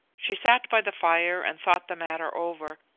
she sat by the fire and thought the matter over,